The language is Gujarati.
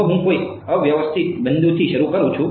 જો હું કોઈ અવ્યવસ્થિત બિંદુથી શરૂ કરું છું